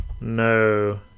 No